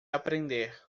aprender